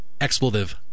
expletive